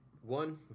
One